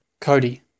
Cody